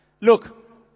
Look